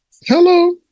Hello